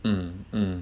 mm mm